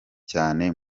cyane